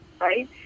right